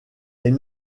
est